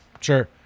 Sure